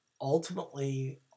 ultimately